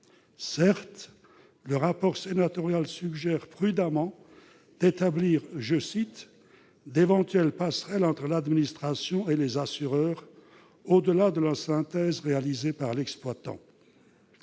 Certes, le rapport sénatorial suggère prudemment d'établir « d'éventuelles passerelles entre l'administration et les assureurs, au-delà de la synthèse réalisée par l'exploitant ».